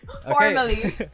Formally